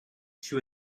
she